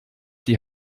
die